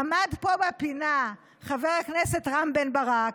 עמד פה בפינה חבר הכנסת רם בן ברק,